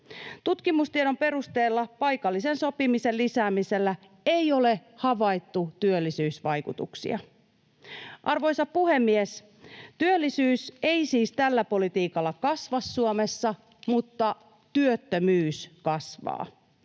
Tutkimustiedon perusteella paikallisen sopimisen lisäämisellä ei ole havaittu työllisyysvaikutuksia. Arvoisa puhemies! Työllisyys ei siis tällä politiikalla kasva Suomessa, mutta työttömyys kasvaa.